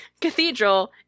cathedral